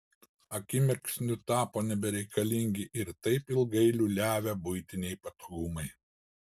akimirksniu tapo nebereikalingi ir taip ilgai liūliavę buitiniai patogumai